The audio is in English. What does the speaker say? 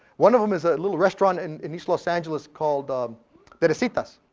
one of them is a little restaurant and in east los angeles called um teresita's.